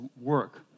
work